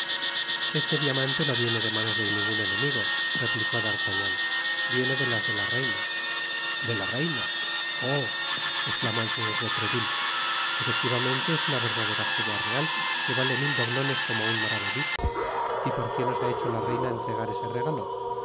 este diamante no viene de manos de ningnn enemigo replicó d artaguan viene de las de la reina de la reina oh esclamó el señor de treville efectivamente es una verdadera joya real que vale mil doblones como un maravedi y por quién os ha hecho la reina entregar ese regalo